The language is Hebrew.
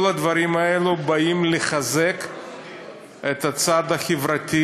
כל הדברים האלה באים לחזק את הצד החברתי